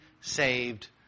saved